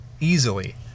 easily